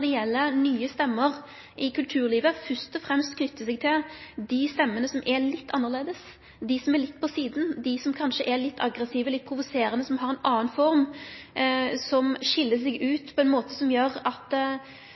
det gjeld nye stemmer i kulturlivet, fyrst og fremst gjeld dei stemmene som er litt annleis, dei som er litt på sida, dei som kanskje er litt aggressive, litt provoserande, som har ei anna form, eller som skil seg ut på ein måte som gjer at